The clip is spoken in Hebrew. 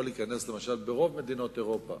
ברוב מדינות אירופה